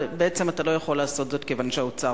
ובעצם אתה לא יכול לעשות זאת כיוון שהאוצר